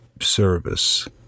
service